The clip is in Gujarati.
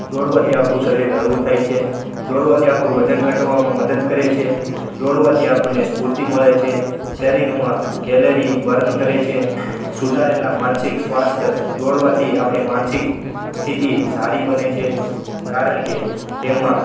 દોડવાથી આપણું શરીર હળવું થાય છે દોડવાથી આપણું વજન ઘટવામાં મદદ કરે છે દોડવાથી આપણને સ્ફૂર્તિ મળે છે શરીરમાં કેલેરી બર્ન કરે છે સુધારેલા માનસિક સ્વાસ્થ્ય દોડવાથી આપણી માનસિક સ્થિતિ સારી બને છે કારણ કે તેમાં